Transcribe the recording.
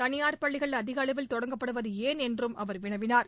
தனியார் பள்ளிகள் அதிகளவில் தொடங்கப்படுவது ஏன் என்றும் அவர் வினவினார்